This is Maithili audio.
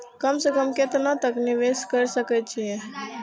कम से कम केतना तक निवेश कर सके छी ए?